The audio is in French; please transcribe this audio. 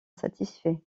satisfait